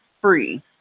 free